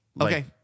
Okay